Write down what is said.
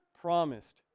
promised